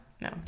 No